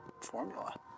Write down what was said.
formula